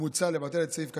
מוצע לבטל את סעיף (ב)